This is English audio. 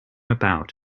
about